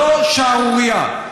זו שערורייה.